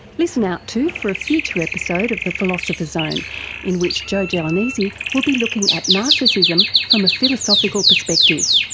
listen out too for a future episode of the philosopher's zone in which joe joe gelonesi will be looking at narcissism from a philosophical perspective.